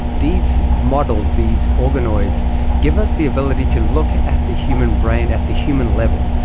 these models, these organoids give us the ability to look at the human brain at the human level,